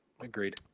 Agreed